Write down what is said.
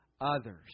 others